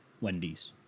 Wendy's